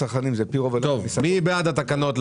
מי בעד התקנות?